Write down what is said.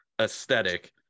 aesthetic